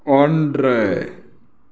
ஒன்று